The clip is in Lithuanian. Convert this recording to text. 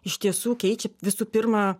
iš tiesų keičia visų pirma